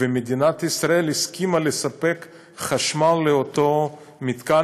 ומדינת ישראל הסכימה לספק חשמל לאותו מתקן,